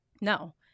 No